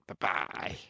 Bye-bye